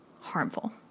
harmful